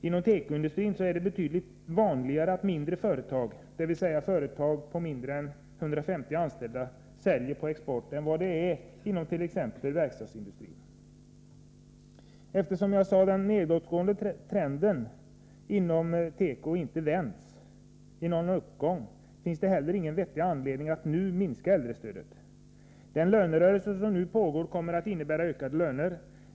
Inom tekoindustrin är det betydligt vanligare att mindre företag, dvs. företag med färre än 150 anställda, säljer på export än vad motsvarande företag inom exempelvis verkstadsindustrin gör. Eftersom den nedåtgående trenden inom tekoindustrin inte vänts till en uppgång, finns det ingen vettig anledning att nu minska äldrestödet. Den pågående lönerörelsen kommer att medföra ökade löner.